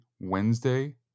Wednesday